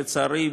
לצערי,